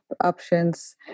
options